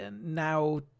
now